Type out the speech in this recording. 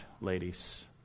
ladies